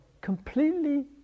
completely